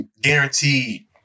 Guaranteed